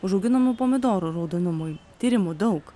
užauginamų pomidorų raudonumui tyrimų daug